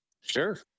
Sure